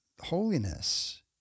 holiness